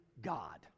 God